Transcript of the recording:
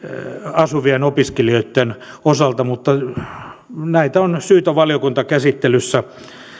asuvien opiskelijoitten osalta mutta näitä on syytä valiokuntakäsittelyssä